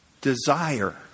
Desire